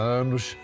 anos